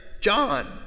John